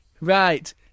Right